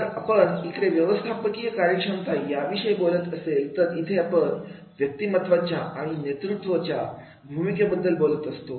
जर आपण इकडे व्यवस्थापकीय कार्यक्षमता याविषयी बोलत असेल तर आणि इथे आपण व्यक्तिमत्त्वाच्या आणि नेतृत्व यांच्या भूमिकेबद्दल बोलत असतो